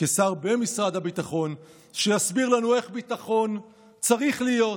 כשר במשרד הביטחון שיסביר לנו איך ביטחון צריך להיות,